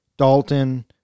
dalton